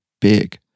big